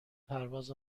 پرواز